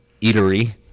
eatery